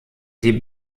die